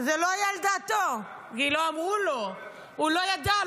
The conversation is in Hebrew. זה לא היה על דעתו, הוא לא ידע.